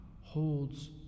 holds